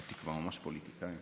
נהייתי כבר ממש פוליטיקאי,